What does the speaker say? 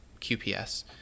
QPS